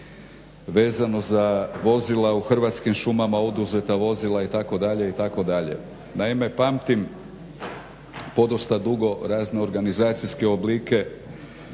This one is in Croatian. vezano za vozila u Hrvatskim šumama, oduzeta vozila itd., itd.. Naime, pamtim podosta dugo razne organizacijske oblike